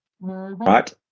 right